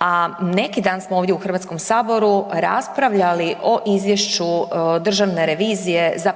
a neki dan smo ovdje u Hrvatskom saboru raspravljali o izvješću Državne revizije za